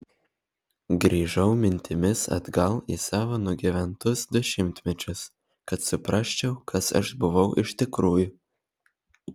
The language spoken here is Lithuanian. grįžau mintimis atgal į savo nugyventus dešimtmečius kad suprasčiau kas aš buvau iš tikrųjų